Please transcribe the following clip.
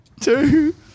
Two